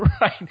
Right